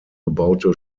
gebaute